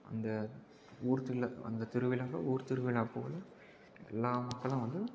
அந்த ஊர்தில் அந்த திருவிழாவை ஊர் திருவிழாப்போல் எல்லாம் மக்களும் வந்து